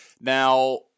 Now